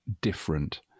different